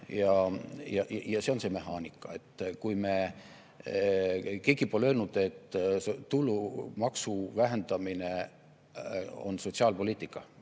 See on see mehaanika. Keegi pole öelnud, et tulumaksu vähendamine on sotsiaalpoliitika.